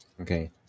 Okay